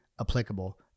applicable